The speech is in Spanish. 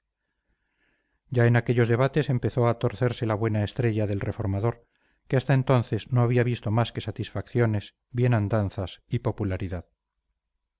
ya en aquellos debates empezó a torcerse la buena estrella del reformador que hasta entonces no había visto más que satisfacciones bienandanzas y popularidad